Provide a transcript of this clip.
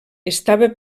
estava